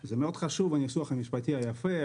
זה מאוד חשוב הניסוח המשפטי היפה,